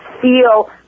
feel